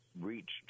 reached